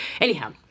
anyhow